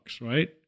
right